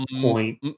point